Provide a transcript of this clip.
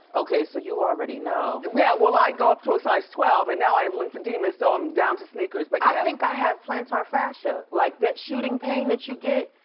okay, so you already know. yeah, well, i go up to a size twelve, and now i have lymphedema, so i'm down to sneakers, but yeah. i think i have plantar fascia, like that shooting pain that you get.